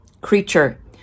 creature